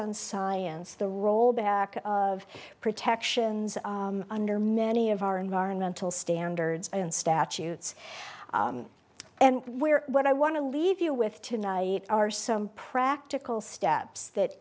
on science the rollback of protections under many of our environmental standards and statutes and where what i want to leave you with tonight are some practical steps that